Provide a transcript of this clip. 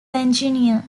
engineer